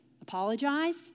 Apologize